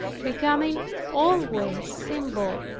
becoming always simple,